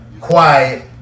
quiet